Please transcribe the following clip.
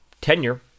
tenure